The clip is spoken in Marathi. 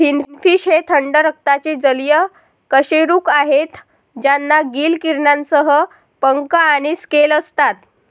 फिनफिश हे थंड रक्ताचे जलीय कशेरुक आहेत ज्यांना गिल किरणांसह पंख आणि स्केल असतात